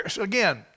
Again